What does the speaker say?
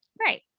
Right